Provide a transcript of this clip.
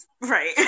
right